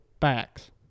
facts